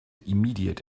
immediate